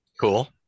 cool